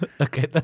Okay